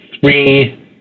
three